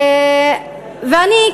ואני,